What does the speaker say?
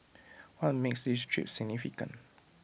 what makes this trip significant